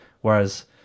Whereas